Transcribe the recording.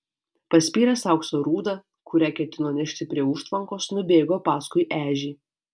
paspyręs aukso rūdą kurią ketino nešti prie užtvankos nubėgo paskui ežį